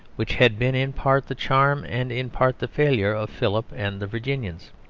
which had been in part the charm and in part the failure of philip and the virginians.